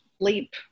leap